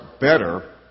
better